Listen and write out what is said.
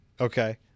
okay